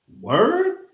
Word